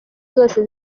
zose